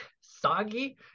soggy